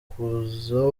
kuza